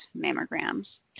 mammograms